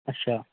اچھا